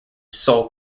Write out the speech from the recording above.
sole